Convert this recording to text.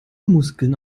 muskeln